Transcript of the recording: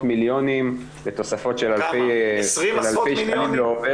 מיליונים בתוספות של אלפי שקלים לעובדת.